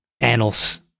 annals